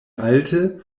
alte